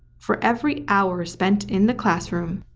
for every hour spent in the classroom,